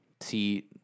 see